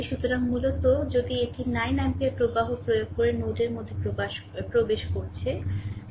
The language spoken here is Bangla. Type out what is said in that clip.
সুতরাং মূলত যদি এটি 9 অ্যাম্পিয়ার প্রবাহ প্রয়োগ করে নোডের মধ্যে প্রবেশ করছে